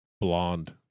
blonde